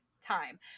time